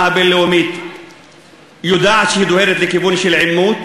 הבין-לאומית היא דוהרת לכיוון של עימות,